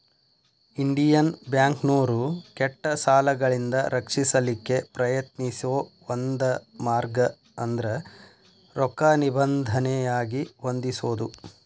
Indian ಬ್ಯಾಂಕ್ನೋರು ಕೆಟ್ಟ ಸಾಲಗಳಿಂದ ರಕ್ಷಿಸಲಿಕ್ಕೆ ಪ್ರಯತ್ನಿಸೋ ಒಂದ ಮಾರ್ಗ ಅಂದ್ರ ರೊಕ್ಕಾ ನಿಬಂಧನೆಯಾಗಿ ಹೊಂದಿಸೊದು